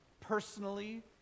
personally